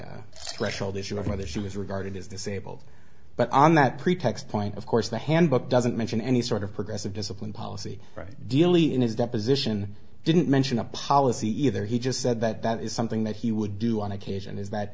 threshold issue of whether she was regarded as disabled but on that pretext point of course the handbook doesn't mention any sort of progressive discipline policy right dealy in his deposition didn't mention a policy either he just said that that is something that he would do on occasion is that